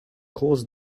cause